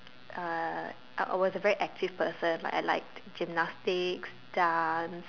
uh I I was a very active person like I like gymnastics dance